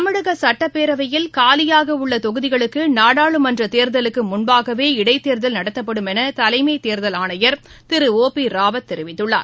தமிழகசட்டப்பேரவையில் காலியாகஉள்ளதொகுதிகளுக்குநாடாளுமன்றத் தேர்தலுக்குமுன்பாகவே இடைத்தேர்தல் நடத்தப்படும் எனதலைமைத் தேர்தல் ஆணையர் திரு ஒ பிராவத் தெரிவித்துள்ளார்